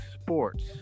sports